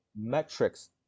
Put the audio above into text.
metrics